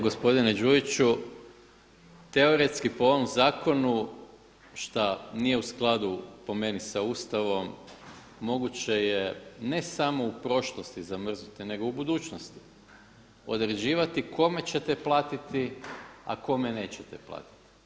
Gospodine Đujiću, teoretski po ovom zakonu šta nije u skladu po meni sa Ustavom moguće je ne samo u prošlosti zamrznuti nego u budućnosti, određivati kome ćete platiti, a kome nećete platiti.